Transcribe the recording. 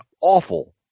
awful